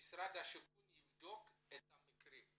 שמשרד השיכון יבדוק את המקרים,